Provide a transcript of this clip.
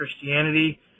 Christianity